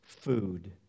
food